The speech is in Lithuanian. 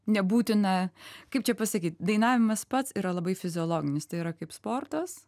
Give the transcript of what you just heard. nebūtina kaip čia pasakyt dainavimas pats yra labai fiziologinis tai yra kaip sportas